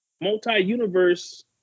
multi-universe